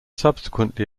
subsequently